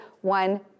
One